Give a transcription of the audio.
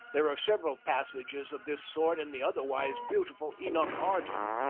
there are several passages of this sort in the otherwise beautiful enoch arden,